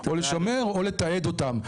או לשמר או לתעד אותם.